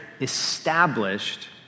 established